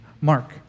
Mark